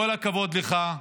כל הכבוד לך.